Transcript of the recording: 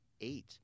eight